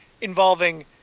involving